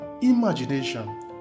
imagination